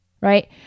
right